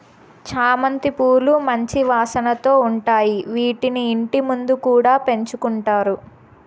చామంతి పూలు మంచి వాసనతో ఉంటాయి, వీటిని ఇంటి ముందు కూడా పెంచుకుంటారు